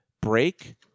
break